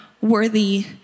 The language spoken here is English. worthy